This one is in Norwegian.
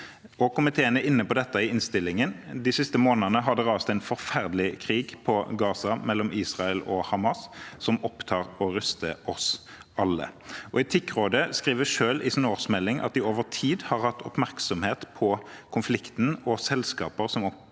Komiteen er inne på dette i innstillingen. De siste månedene har det rast en forferdelig krig i Gaza mellom Israel og Hamas som opptar og ryster oss alle. Etikkrådet skriver selv i sin årsmelding at de over tid har hatt oppmerksomhet på konflikten og selskaper som opererer